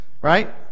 Right